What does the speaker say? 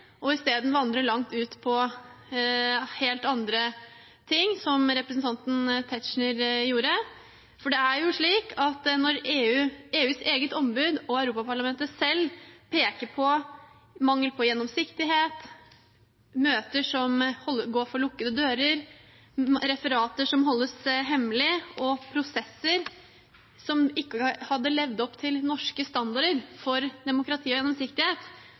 og isteden vandrer langt ut på helt andre ting, som representanten Tetzschner gjorde. For det er jo slik at EUs eget ombud og Europaparlamentet selv peker på mangel på gjennomsiktighet, møter som går for lukkede dører, referater som holdes hemmelig, og prosesser som ikke hadde levd opp til norske standarder for demokrati og gjennomsiktighet.